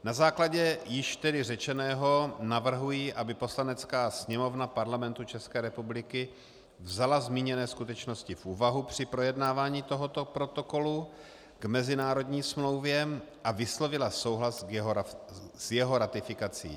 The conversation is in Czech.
Na základě již řečeného navrhuji, aby Poslanecká sněmovna Parlamentu České republiky vzala zmíněné skutečnosti v úvahu při projednávání tohoto protokolu k mezinárodní smlouvě a vyslovila souhlas s jeho ratifikací.